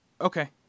Okay